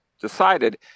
decided